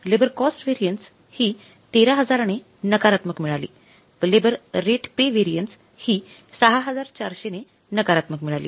labour cost variance हि १३००० ने नकारात्मक मिळली व लेबर रेट पे व्हॅरियन्स हि ६४०० ने नकारात्मक मिळाली